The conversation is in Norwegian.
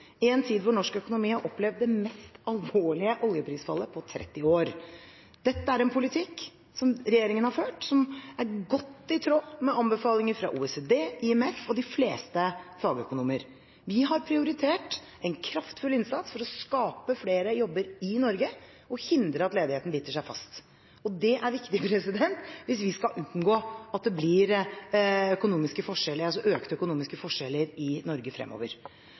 i en tid hvor norsk økonomi har opplevd det mest alvorlige oljeprisfallet på 30 år. Denne politikken som regjeringen har ført, er godt i tråd med anbefalinger fra OECD, IMF og de fleste fagøkonomer. Vi har prioritert en kraftfull innsats for å skape flere jobber i Norge og hindre at ledigheten biter seg fast. Det er viktig hvis vi skal unngå at det blir økte økonomiske forskjeller i Norge fremover.